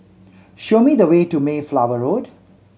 show me the way to Mayflower Road